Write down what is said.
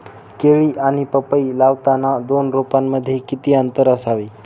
केळी किंवा पपई लावताना दोन रोपांमध्ये किती अंतर असावे?